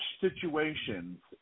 situations